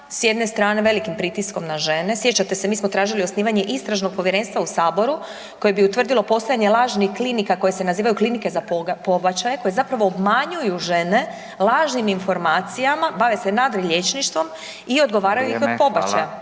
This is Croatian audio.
s jedne strane velikim pritiskom na žene, sjećate se, mi smo tražili osnivanje istražnog povjerenstva u Saboru koji bi utvrdilo postojanje lažnih klinika koje se nazivaju klinike za pobačaje koje zapravo obmanjuju žene lažnim informacijama, bave se nadriliječništvom i odgovaraju ih od pobačaja